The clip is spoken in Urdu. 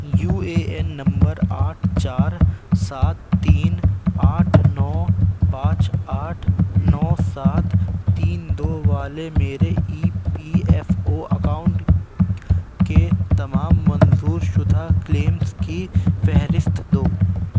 یو اے این نمبر آٹھ چار سات تین آٹھ نو پانچ آٹھ نو سات تین دو والے میرے E P F O account کے تمام منظور شدہ کلیمز کی فہرست دو